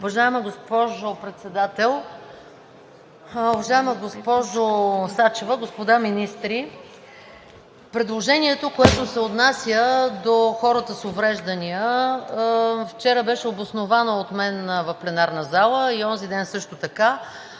Уважаема госпожо Председател, уважаема госпожо Сачева, господа министри! Предложението, което се отнася до хората с увреждания, вчера беше обосновано от мен в пленарната зала, също така